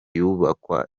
yubakwa